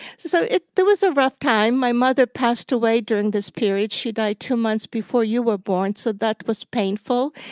so there was a rough time. my mother passed away during this period. she died two months before you were born, so that was painful,